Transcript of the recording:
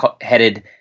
headed